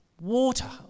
Water